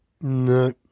No